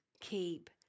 keep